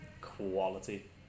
quality